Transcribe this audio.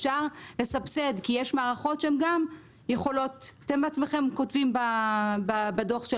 אפשר לסבסד כי אתם בעצמכם כותבים בדוח של